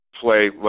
play